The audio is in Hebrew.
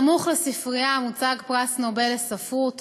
בסמוך לספרייה, פרס נובל לספרות.